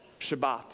Shabbat